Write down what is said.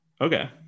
Okay